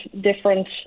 different